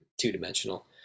two-dimensional